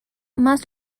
más